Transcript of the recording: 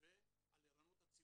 ועל ערנות הציבור.